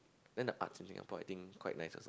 then the arts in Singapore I think quite nice also